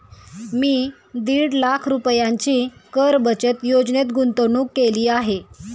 मी दीड लाख रुपयांची कर बचत योजनेत गुंतवणूक केली आहे